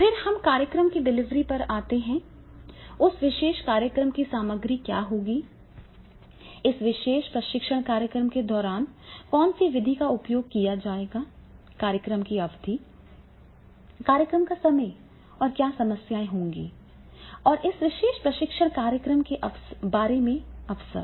फिर हम कार्यक्रम की डिलीवरी पर आते हैं उस विशेष कार्यक्रम की सामग्री क्या होगी इस विशेष प्रशिक्षण कार्यक्रम के दौरान कौन सी विधि का उपयोग किया जाएगा कार्यक्रम की अवधि कार्यक्रम का समय और क्या समस्याएं होंगी और इस विशेष प्रशिक्षण कार्यक्रम के बारे में अवसर